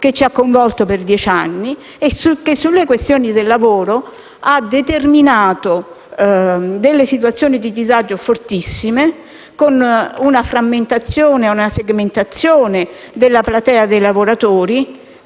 che ci ha coinvolto per dieci anni e che, sulle questioni del lavoro, ha determinato condizioni di disagio fortissimo e una segmentazione della platea dei lavoratori